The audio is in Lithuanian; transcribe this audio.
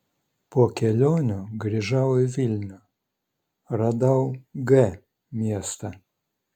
po kelionių grįžau į vilnių radau g miestą